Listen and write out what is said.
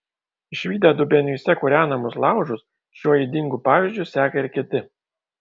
išvydę dubenyse kūrenamus laužus šiuo ydingu pavyzdžiu seka ir kiti